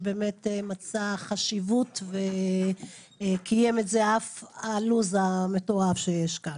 שמצא חשיבות וקיים את זה על אף הלו"ז המטורף שיש כאן.